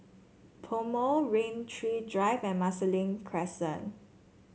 PoMo Rain Tree Drive and Marsiling Crescent